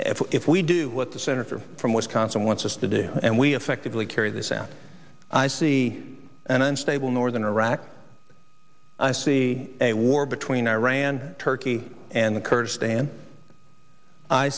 if we do what the senator from wisconsin wants us to do and we effectively carry this out i see an unstable northern iraq i see a war between iran turkey and the kurdistan i